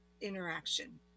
interaction